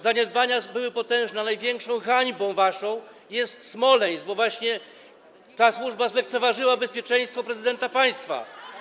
Zaniedbania były potężne, a największą waszą hańbą jest Smoleńsk, bo właśnie ta służba zlekceważyła bezpieczeństwo prezydenta państwa.